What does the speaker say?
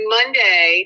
Monday